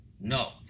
No